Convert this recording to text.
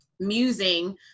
musing